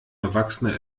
erwachsene